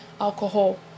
alcohol